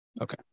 Okay